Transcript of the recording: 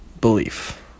belief